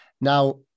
Now